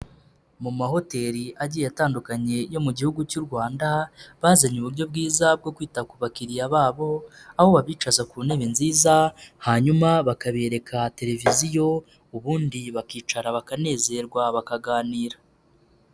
Mu mahoteli agiye atandukanye yo mu gihugu cy'u Rwanda, bazanye uburyo bwiza bwo kwita ku bakiriya babo, aho babicaza ku ntebe nziza hanyuma bakabereka televiziyo, ubundi bakicara bakanezerwa bakaganira.